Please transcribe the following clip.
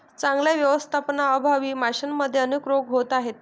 चांगल्या व्यवस्थापनाअभावी माशांमध्ये अनेक रोग होत आहेत